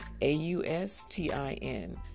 A-U-S-T-I-N